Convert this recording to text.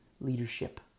leadership